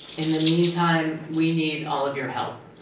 in the meantime, we need all of your help.